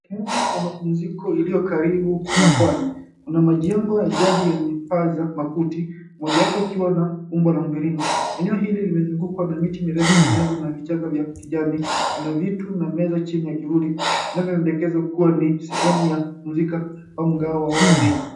Sehemu ya mapumziko iliyo karibu na pwani. Kuna majengo ya jadi yenye paa za makuti. Mojawapo ikiwa na umbo la mviringo. Eneo hili limezungukwa na miti mirefu ya minazi na vichaka vya kijani, kuna vitu na meza chini ya kivuli na vinavyoelekeza ni sehemu ya kupumzika au mgao wa wazi.